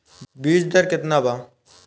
बीज दर केतना बा?